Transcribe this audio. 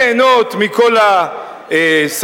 ליהנות מכל הסמכויות,